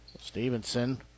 Stevenson